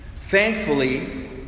thankfully